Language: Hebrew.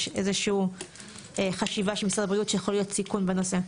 איזה שהיא חשיבה של משרד הבריאות שיכול להיות סיכון בנושא?